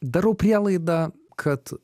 darau prielaidą kad